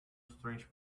strange